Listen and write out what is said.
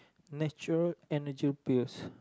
nature Energy Pills